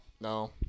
no